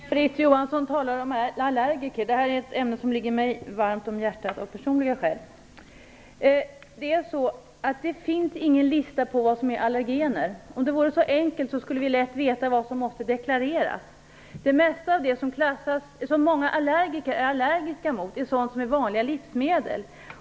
Fru talman! Inga-Britt Johansson talar om allergiker. Det är ett ämne som ligger mig varmt om hjärtat av personliga skäl. Det finns ingen lista på vad som är allergener. Om det vore så enkelt, skulle vi lätt veta vad som måste deklareras. Det mesta av det som många allergiker är allergiska emot är vanliga livsmedel.